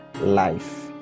life